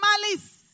Malice